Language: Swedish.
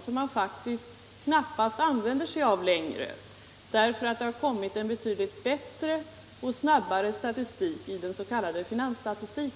som knappast används längre, eftersom det har kommit en betydligt bättre och mera aktuell statistik i den s.k. finansstatistiken.